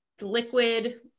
liquid